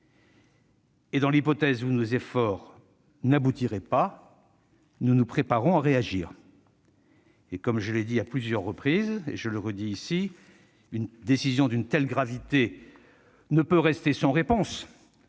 Dans l'hypothèse où nos efforts n'aboutiraient pas, nous nous préparons à réagir. Comme je l'ai indiqué à plusieurs reprises, une décision d'une telle gravité ne peut pas rester sans réponse.